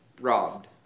robbed